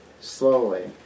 slowly